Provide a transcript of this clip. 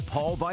Paul